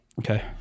Okay